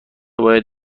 باید